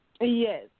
Yes